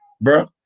bro